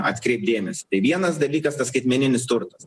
atkreipt dėmesį tai vienas dalykas tas skaitmeninis turtas